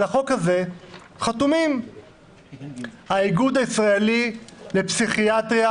על הצעת החוק הזאת חתומים האיגוד הישראלי לפסיכיאטריה